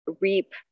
reap